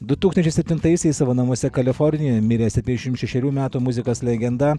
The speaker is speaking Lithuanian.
du tūkstančiai septintaisiais savo namuose kalifornijoje mirė septiešim šešerių metų muzikos legenda